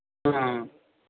ਹਾਂ